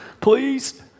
please